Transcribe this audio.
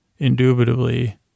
indubitably